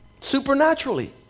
supernaturally